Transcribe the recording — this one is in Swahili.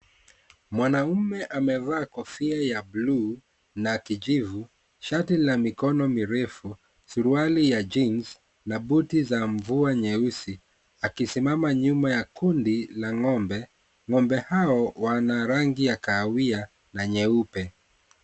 Mwanaume amevaa kofia ya blue na kijivu, shati la mikono mirefu, suruali ya jeans , na buti za mvua, nyeusi, akisimama nyuma ya kundi la ng'ombe. Ng'ombe hao wana rangi ya kahawia na nyeupe.